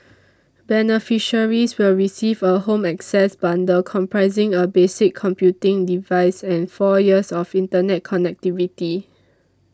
beneficiaries will receive a Home Access bundle comprising a basic computing device and four years of internet connectivity